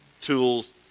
tools